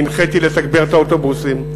והנחיתי לתגבר את האוטובוסים.